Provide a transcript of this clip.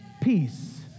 peace